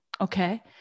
Okay